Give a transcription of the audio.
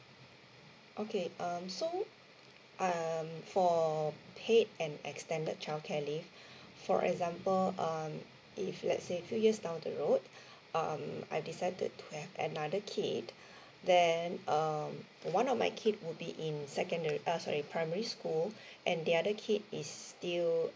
okay um so um for paid and extended childcare leave for example um if let's say few years down the road um I decided to have another kid then um one of my kids would be in secondary uh sorry primary school and the other kid is still